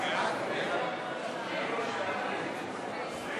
המחנה הציוני להביע אי-אמון בממשלה לא נתקבלה.